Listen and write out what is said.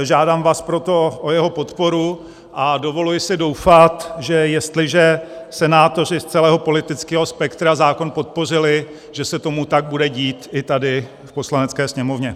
Žádám vás proto o jeho podporu a dovoluji si doufat, že jestliže senátoři z celého politického spektra zákon podpořili, že se tomu tak bude dít i tady v Poslanecké sněmovně.